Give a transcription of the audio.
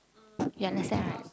you understand right